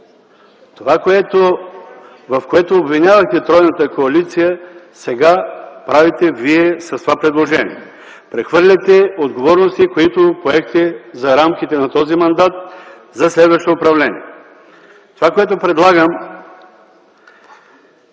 Това, в което обвинявате тройната коалиция, сега правите Вие – с това предложение. Прехвърляте отговорности, които поехте за рамките на този мандат, за следващо управление. Това, което предлагам,